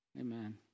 Amen